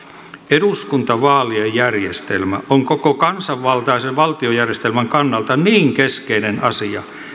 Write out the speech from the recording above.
eduskuntavaalien järjestelmä on koko kansanvaltaisen valtiojärjestelmän kannalta niin keskeinen asia